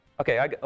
Okay